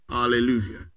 Hallelujah